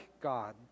God